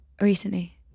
recently